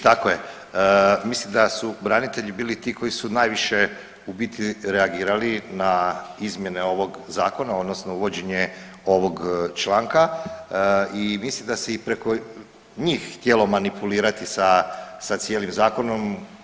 Tako je, mislim da su branitelji bili ti koji su najviše u biti reagirali na izmjene ovog zakona odnosno uvođenje ovog članka i mislim da se i preko njih htjelo manipulirati sa cijelim zakonom.